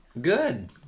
Good